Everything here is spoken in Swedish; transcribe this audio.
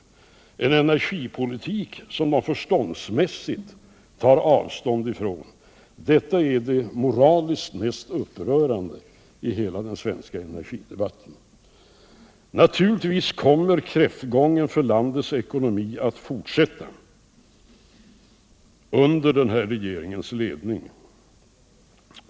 De finner sig i en energipolitik som man förståndsmässigt tar avstånd från — det är det moraliskt mest upprörande i hela den svenska energidebatten. Naturligtvis kommer kräftgången för landets ekonomi att fortsätta under denna regerings ledning.